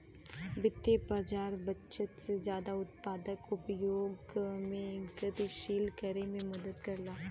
वित्तीय बाज़ार बचत के जादा उत्पादक उपयोग में गतिशील करे में मदद करला